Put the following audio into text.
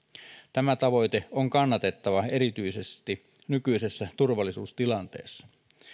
tämä tavoite on kannatettava erityisesti nykyisessä turvallisuustilanteessa